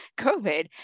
COVID